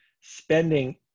spending